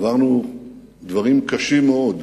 עברנו דברים קשים מאוד